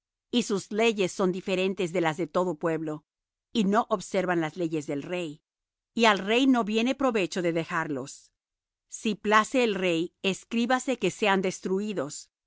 y sus leyes son diferentes de las de todo pueblo y no observan las leyes del rey y al rey no viene provecho de dejarlos si place al rey escríbase que sean destruídos y